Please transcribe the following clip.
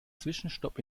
zwischenstopp